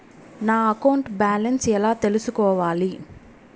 నా account balance ఎలా తెల్సుకోవాలి